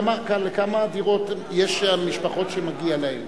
לכמה דירות, יש משפחות שמגיע להן.